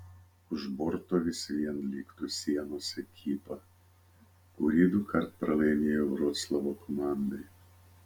už borto vis vien liktų sienos ekipa kuri dukart pralaimėjo vroclavo komandai